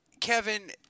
Kevin